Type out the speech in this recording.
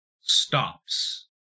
stops